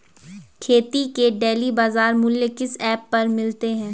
खेती के डेली बाज़ार मूल्य किस ऐप पर मिलते हैं?